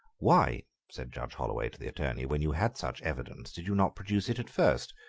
why, said judge holloway to the attorney, when you had such evidence, did you not produce it at first,